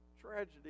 tragedy